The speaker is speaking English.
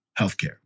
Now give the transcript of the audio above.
healthcare